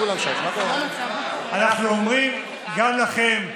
אנחנו אומרים גם לכם,